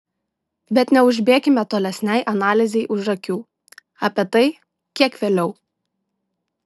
bet neužbėkime tolesnei analizei už akių apie tai kiek vėliau